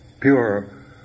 pure